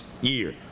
year